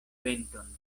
venton